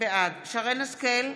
בעד שרן מרים השכל,